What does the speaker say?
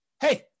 hey